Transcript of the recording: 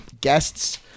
guests